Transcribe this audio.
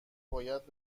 باید